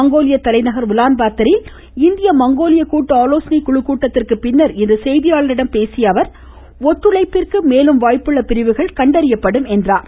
மங்கோலிய தலைநகர் உலான் பாத்தரில் இந்திய மங்கோலிய கூட்டு ஆலோசனைக் குழுக்கூட்டத்திற்கு பின்னர் இன்று செய்தியாளர்களிடம் பேசிய அவர் ஒத்துழைப்பிற்கு மேலும் வாய்ப்புள்ள பிரிவுகள் கண்டறியப்படும் என்றார்